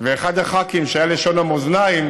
ואחד הח"כים שהיה לשון המאזניים,